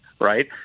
Right